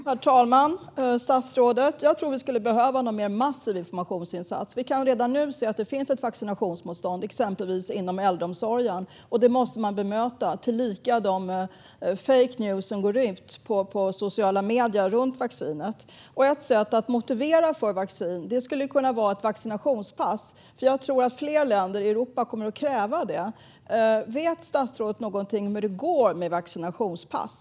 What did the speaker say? Herr talman! Statsrådet! Jag tror att vi skulle behöva en mer massiv informationsinsats. Vi kan redan nu se att det finns ett vaccinationsmotstånd, exempelvis inom äldreomsorgen. Det måste man bemöta, likaså de fake news som finns på sociala medier runt vaccinet. Något som skulle kunna motivera människor till vaccination skulle kunna vara ett vaccinationspass, för jag tror att fler länder i Europa kommer att kräva det. Vet statsrådet något om hur det går med vaccinationspass?